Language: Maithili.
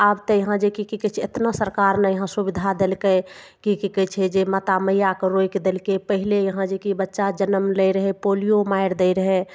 आब तऽ यहाँ जे कि कि कहय छै एतना सरकार ने यहाँ सुविधा देलकय की कि कहय छै जे माता मैयाके रोकि देलकय पहिले यहाँ जे कि बच्चा जनम लै रहय पोलियो मारि दै रहय